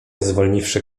zwolniwszy